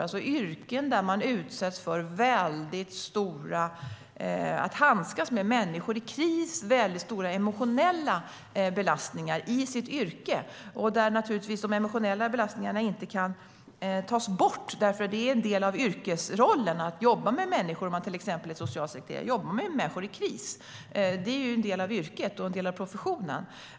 Det handlar om yrken där man handskas med människor i kris och har väldigt stora emotionella belastningar i yrket. Där kan de emotionella belastningarna naturligtvis inte tas bort, för det är en del av yrkesrollen att jobba med människor. Om man till exempel är socialsekreterare jobbar man ju med människor i kris. Det är en del av yrket och en del av professionen.